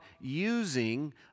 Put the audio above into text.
using